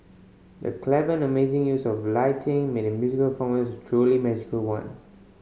the clever and amazing use of lighting made the musical performance a truly magical one